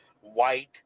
white